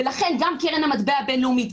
ולכן גם קרן המטבע הבין-לאומית,